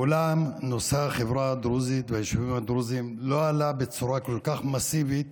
מעולם נושא החברה הדרוזית ביישובים הדרוזיים לא עלה בצורה כל כך מסיבית